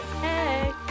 Hey